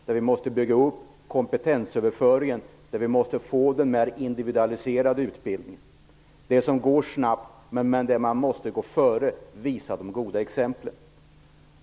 Där måste vi bygga upp kompetensöverföringen och få en indvidualiserad utbildning. Utvecklingen går snabbt. Men man måste gå före och visa de goda exemplen.